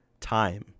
time